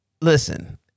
Listen